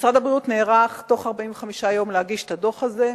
משרד הבריאות נערך בתוך 45 יום להגיש את הדוח הזה.